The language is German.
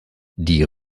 die